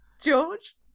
George